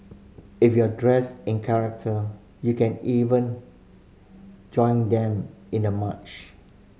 if you're dressed in character you can even join them in the march